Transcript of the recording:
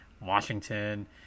Washington